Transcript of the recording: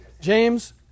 James